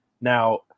Now